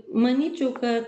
manyčiau kad